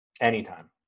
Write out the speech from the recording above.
anytime